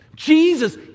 Jesus